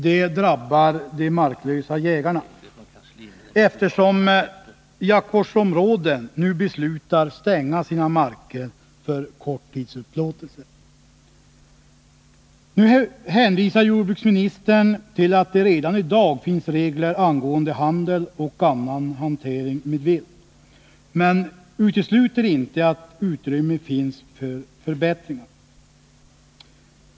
Det drabbar de marklösa jägarna, eftersom jaktvårdsområdena nu beslutat stänga sina marker för korttidsupplåtelse. Jordbruksministern hänvisar till att det redan i dag finns regler angående handel och annan hantering med vilt. Men han utesluter inte att utrymme finns för förbättringar.